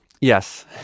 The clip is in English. Yes